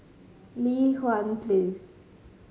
Li Hwan Place